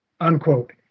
unquote